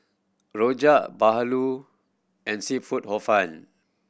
rojak bahulu and seafood Hor Fun